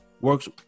works